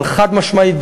אבל חד-משמעית,